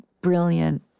brilliant